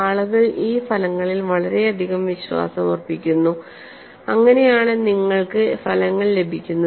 ആളുകൾ ഈ ഫലങ്ങളിൽ വളരെയധികം വിശ്വാസമർപ്പിക്കുന്നു അങ്ങനെയാണ് നിങ്ങൾക്ക് ഫലങ്ങൾ ലഭിക്കുന്നത്